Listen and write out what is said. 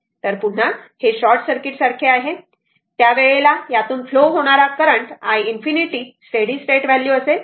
तर पुन्हा ते शॉर्टसर्किट आहे त्या वेळेला यातून फ्लो होणारा current i ∞ steady state value असेल